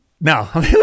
no